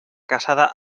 casada